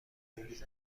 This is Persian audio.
هیز